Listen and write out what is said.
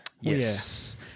Yes